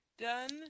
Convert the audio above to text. done